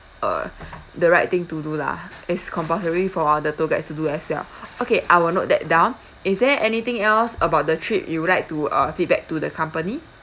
uh the right thing to do lah it's compulsory for all the tour guides to do as well okay I'll note that down is there anything else about the trip you would like to uh feedback to the company